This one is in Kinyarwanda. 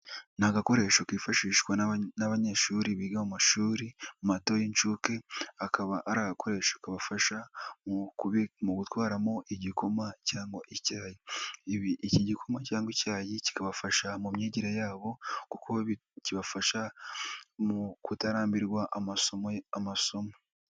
Ni Agakoresho kifashishwa n'abanyeshuri biga mu mashuri mato y'incuke, akaba ari agakoresho kabafasha mu gutwaramo igikoma cyangwa icyayi, iki gikoma cyangwa icyayi kikabafasha mu myigire yabo, kuko kibafasha mu kutarambirwa amasomo.